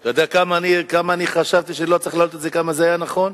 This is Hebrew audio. אתה יודע שחשבתי שלא צריך להעלות את זה וכמה זה היה נכון.